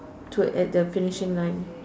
to at the finishing line